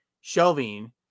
shelving